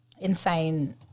insane